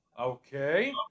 Okay